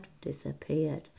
disappeared